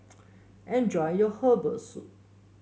enjoy your Herbal Soup